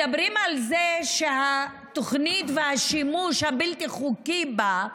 מדברים על זה שהתוכנית והשימוש הבלתי-חוקי בה,